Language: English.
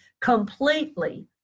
completely